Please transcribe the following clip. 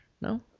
No